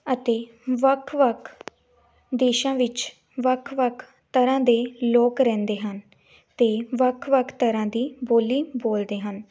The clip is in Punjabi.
ਅਤੇ ਵੱਖ ਵੱਖ ਦੇਸ਼ਾਂ ਵਿੱਚ ਵੱਖ ਵੱਖ ਤਰ੍ਹਾਂ ਦੇ ਲੋਕ ਰਹਿੰਦੇ ਹਨ ਅਤੇ ਵੱਖ ਵੱਖ ਤਰ੍ਹਾਂ ਦੀ ਬੋਲੀ ਬੋਲਦੇ ਹਨ